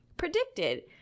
Predicted